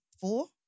four